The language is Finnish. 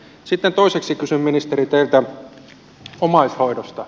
sitten toiseksi kysyn ministeri teiltä omaishoidosta